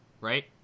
right